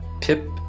Pip